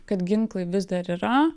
kad ginklai vis dar yra